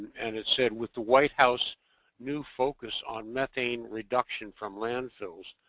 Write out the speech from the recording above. and it said, with the white house new focus on methane reduction from landfills,